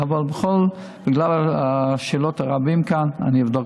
אבל בגלל השאלות הרבות כאן אני אבדוק